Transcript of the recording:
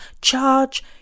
Charge